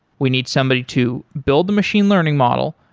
we need somebody to build the machine learning model,